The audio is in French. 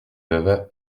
leva